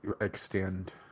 extend